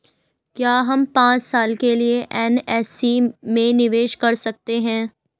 क्या हम पांच साल के लिए एन.एस.सी में निवेश कर सकते हैं?